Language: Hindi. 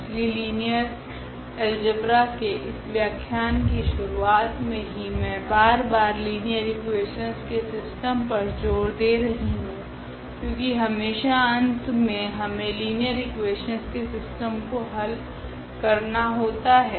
इसलिए लिनियर एल्जिब्रा के इस व्याख्यान की शुरुआत से ही मे बार बार लिनियर इकुवेशनस के सिस्टम पर ज़ोर दे रही हूँ क्योकि हमेशा अंत मे हमे लिनियर इकुवेशनस के सिस्टम को हल करना होता है